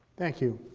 thank you.